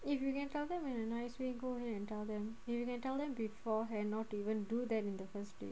if you can tell them in a nice way go ahead and tell them maybe you can tell them beforehand not to even do that in the first place